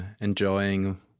Enjoying